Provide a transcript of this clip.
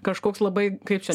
kažkoks labai kaip čia